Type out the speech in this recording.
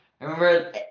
remember